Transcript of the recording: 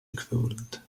equivalent